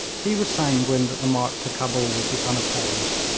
he was sanguine that the march to cabul would be unopposed,